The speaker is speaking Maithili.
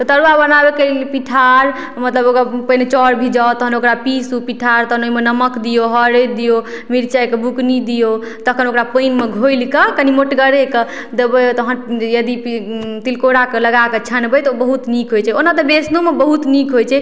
तऽ तरूआ बनाबयके लिये पिठार मतलब ओकर पहिने चाउर भिजाउ तखन ओकर पीसू पीठार तखन ओइमे नमक दियौ हरदि दियौ मिरचाइके बुकनी दियौ तखन ओकरा पानिमे घोलिके कनि मोटगरेके देबय तखन यदि तिलकोराके लगाके छनबय तऽ ओ बहुत नीक होइ छै ओना तऽ बेसनोमे बहुत नीक होइ छै